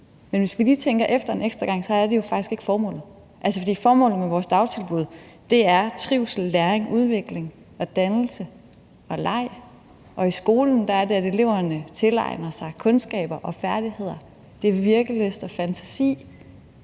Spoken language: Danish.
efter en ekstra gang, er det jo faktisk ikke formålet. Altså, formålet med vores dagtilbud er trivsel, læring, udvikling, dannelse og leg, og i skolen er det, at eleverne tilegner sig kundskaber og færdigheder; det er virkelyst og fantasi,